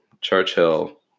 Churchill